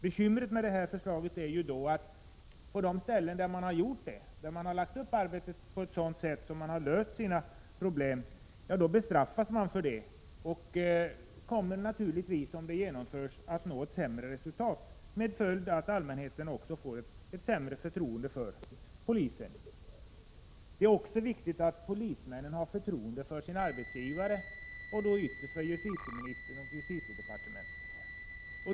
Bekymret med det nu föreliggande förslaget är att de som har lagt upp arbetet på ett sådant sätt att de löst sina problem bestraffas för detta och kommer naturligtvis, om förslaget genomförs, att nå ett sämre" resultat. Detta får till följd att allmänheten också får ett sämre förtroende för polisen. Det är också viktigt att polismännen har förtroende för sin arbetsgivare; ytterst för justitieministern och justitiedepartementet.